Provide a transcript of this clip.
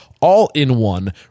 all-in-one